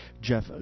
Jeff